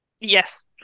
Yes